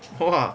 !wah!